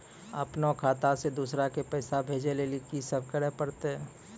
अपनो खाता से दूसरा के पैसा भेजै लेली की सब करे परतै?